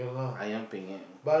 ayam-penyet